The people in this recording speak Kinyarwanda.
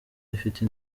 rifite